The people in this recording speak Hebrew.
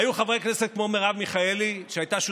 היו חברי כנסת כמו מרב מיכאלי,